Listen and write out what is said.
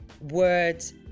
words